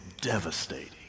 devastating